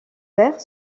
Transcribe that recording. vert